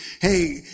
hey